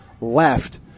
left